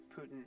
Putin